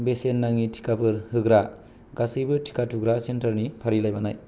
बेसेन नाङि टिकाफोर होग्रा गासैबो टिका थुग्रा सेन्टारनि फारिलाइ बानाय